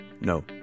No